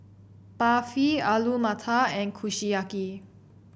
Barfi Alu Matar and Kushiyaki